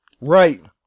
Right